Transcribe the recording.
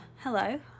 Hello